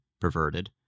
perverted